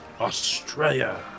Australia